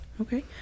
Okay